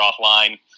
offline